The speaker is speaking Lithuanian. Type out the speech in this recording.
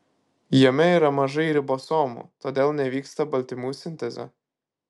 jame yra mažai ribosomų todėl nevyksta baltymų sintezė